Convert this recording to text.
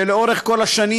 שלאורך כל השנים,